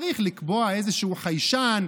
צריך לקבוע איזשהו חיישן,